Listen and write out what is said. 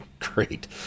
Great